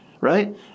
right